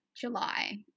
July